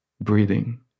breathing